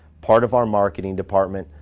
part of our marketing department.